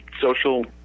social